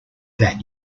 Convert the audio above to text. that